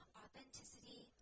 authenticity